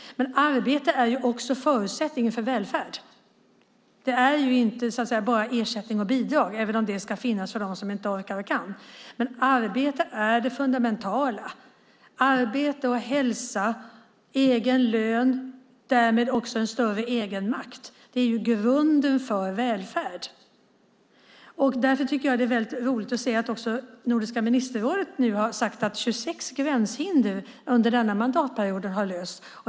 Men arbete är också förutsättningen för välfärd. Det är inte bara ersättning och bidrag, även om det ska finnas för dem som inte orkar och kan. Arbete är det fundamentala. Arbete och hälsa, egen lön och därmed också en större egen makt är grunden för välfärd. Därför tycker jag att det är väldigt roligt att se att också Nordiska ministerrådet nu har sagt att 26 gränshinder har lösts under denna mandatperiod.